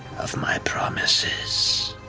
of my promises.